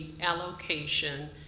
allocation